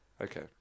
okay